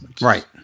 Right